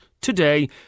today